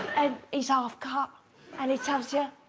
he's ah half cup and it's out here,